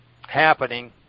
happening